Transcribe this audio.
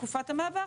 לתקופת המעבר,